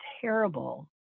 terrible